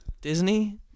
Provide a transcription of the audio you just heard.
Disney